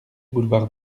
boulevard